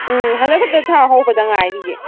ꯎꯝ ꯍꯟꯗꯛ ꯈꯛꯇ ꯊꯥ ꯍꯧꯕꯗ ꯉꯥꯏꯔꯤꯌꯦ